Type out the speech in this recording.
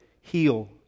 heal